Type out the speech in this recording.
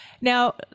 Now